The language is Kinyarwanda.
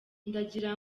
ndagira